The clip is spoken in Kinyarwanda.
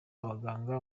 abaganga